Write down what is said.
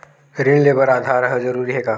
ऋण ले बर आधार ह जरूरी हे का?